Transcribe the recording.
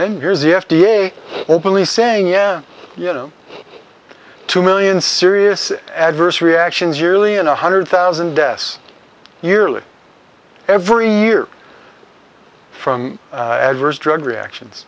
and here's the f d a openly saying yeah you know two million serious adverse reactions yearly and one hundred thousand deaths yearly every year from adverse drug reactions